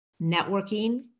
networking